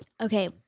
Okay